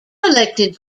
elected